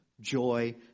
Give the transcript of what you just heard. joy